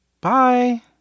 Bye